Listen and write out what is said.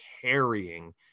carrying